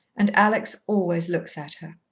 and alex always looks at her.